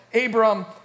Abram